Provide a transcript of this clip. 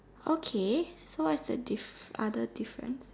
okay so what's the diff other difference